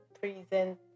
present